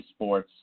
eSports